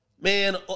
man